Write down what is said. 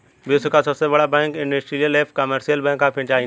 विश्व का सबसे बड़ा bank industrial and commercial bank of China है